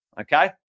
Okay